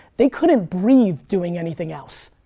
they couldn't breathe doing anything else.